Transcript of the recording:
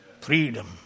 Freedom